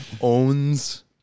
owns